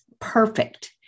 perfect